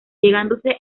llegándose